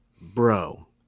bro